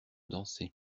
danser